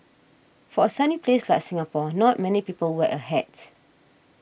for a sunny place like Singapore not many people wear a hat